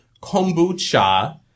kombucha